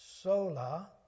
sola